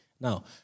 Now